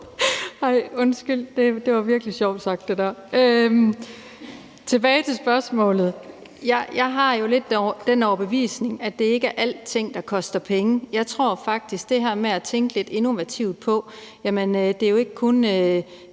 sødt sagt – det var virkelig sjovt sagt. Tilbage til spørgsmålet: Jeg har lidt den overbevisning, at det ikke er alting, der koster penge. Jeg tror faktisk, vi skal tænke lidt innovativt og sige, at det ikke kun